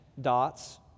dots